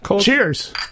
Cheers